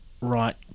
right